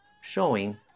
showing